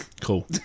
Cool